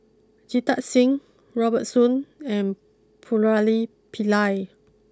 Jita Singh Robert Soon and Murali Pillai